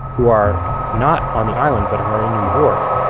who are not on the island but who are in new york,